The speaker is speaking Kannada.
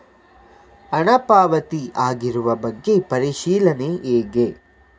ಹಣ ಪಾವತಿ ಆಗಿರುವ ಬಗ್ಗೆ ಪರಿಶೀಲನೆ ಹೇಗೆ?